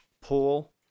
pool